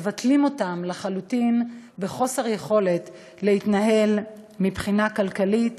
מבטלים אותן לחלוטין בחוסר יכולת להתנהל מבחינה כלכלית.